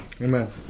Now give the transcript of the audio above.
Amen